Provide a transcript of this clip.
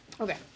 Okay